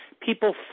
people